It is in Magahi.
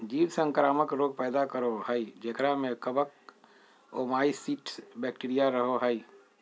जीव संक्रामक रोग पैदा करो हइ जेकरा में कवक, ओमाइसीट्स, बैक्टीरिया रहो हइ